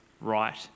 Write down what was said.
right